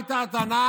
מה הייתה הטענה?